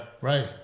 Right